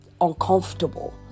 uncomfortable